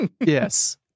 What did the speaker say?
Yes